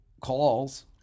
calls